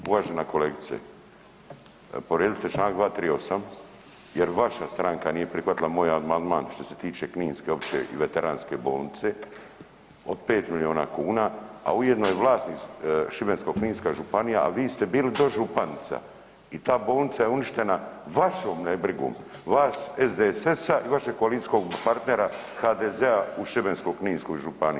Uvažena kolegice, povrijedili ste Članak 238. jer vaša stranka nije prihvatila moj amandman što se tiče kninske opće i veteranske bolnice od 5 miliona kuna, a ujedno je vlasnik Šibensko-kninska županija, a vi ste bili dožupanica i ta bolnica je uništena vašom nebrigom vas SDSS-a i vašeg koalicijskog partnera HDZ-a u Šibensko-kninskoj županiji.